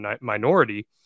minority